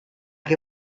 che